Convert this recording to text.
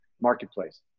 marketplace